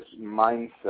mindset